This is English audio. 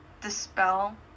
dispel